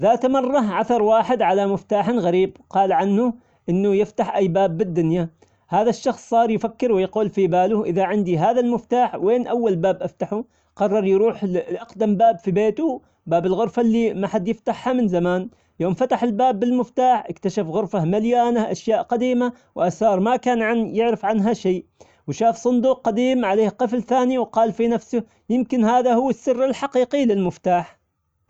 ذات مرة عثر واحد على مفتاح غريب قال عنه أنه يفتح أي باب بالدنيا، هذا الشخص صار يفكر ويقول في باله إذا عندي هذا المفتاح وين أول باب افتحه؟ قرر يروح لأقدم باب في بيته باب الغرفة اللي ما حد يفتحها من زمان، يوم فتح الباب بالمفتاح اكتشف غرفة مليانة أشياء قديمة وآثار ما كان يعرف عنها شي، وشاف صندوق قديم عليه قفل ثاني وقال في نفسه يمكن هذا هو السر الحقيقي للمفتاح.